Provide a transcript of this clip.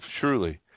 truly